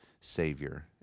Savior